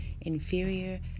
inferior